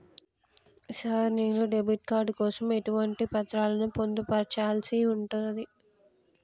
Sir నేను debit card కోసం ఎటువంటి పత్రాలను పొందుపర్చాల్సి ఉంటది?